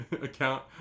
account